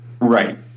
Right